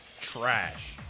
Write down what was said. trash